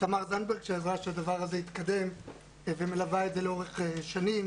ותמר זנדברג שעזרה שהדבר הזה יתקדם ומלווה את זה לאורך שנים.